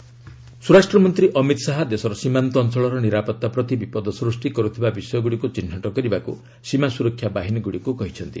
ଶାହା ବଡ଼ର ସ୍ୱରାଷ୍ଟ୍ରମନ୍ତ୍ରୀ ଅମିତ ଶାହା ଦେଶର ସୀମାନ୍ତ ଅଞ୍ଚଳର ନିରାପତ୍ତା ପ୍ରତି ବିପଦ ସୃଷ୍ଟି କରୁଥିବା ବିଷୟଗୁଡ଼ିକୁ ଚିହ୍ନଟ କରିବାକୁ ସୀମା ସୁରକ୍ଷା ବାହିନୀଗୁଡ଼ିକୁ କହିଛନ୍ତି